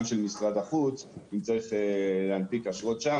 של משרד החוץ אם צריך להנפיק אשרות שם,